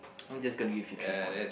I'm just gonna give you three points